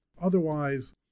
Otherwise